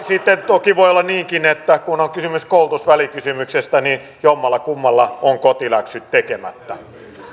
sitten toki voi olla niinkin että kun on kysymys koulutusvälikysymyksestä jommallakummalla on kotiläksyt tekemättä